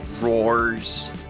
roars